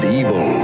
evil